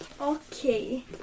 Okay